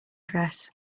dress